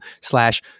slash